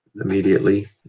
immediately